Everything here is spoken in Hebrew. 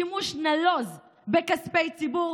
שימוש נלוז בכספי ציבור,